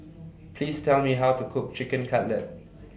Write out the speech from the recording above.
Please Tell Me How to Cook Chicken Cutlet